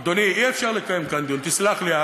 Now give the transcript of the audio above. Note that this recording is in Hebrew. אדוני, אי-אפשר לקיים כאן דיון, תסלח לי.